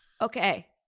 Okay